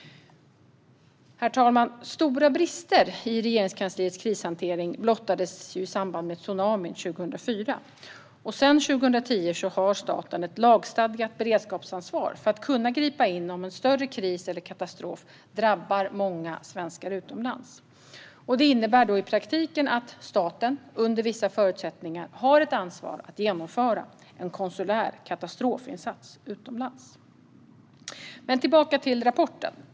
Herr talman! Stora brister i Regeringskansliets krishantering blottades i samband med tsunamin 2004. Sedan 2010 har staten ett lagstadgat beredskapsansvar för att kunna gripa in om en större kris eller katastrof drabbar många svenskar utomlands. Det innebär i praktiken att staten under vissa förutsättningar har ett ansvar att genomföra en konsulär katastrofinsats utomlands. Tillbaka till rapporten.